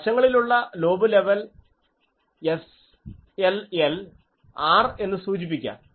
വശങ്ങളിലുള്ള lobe level R എന്ന് സൂചിപ്പിക്കാം